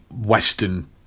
western